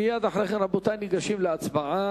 מייד אחרי כן, רבותי, ניגשים להצבעה.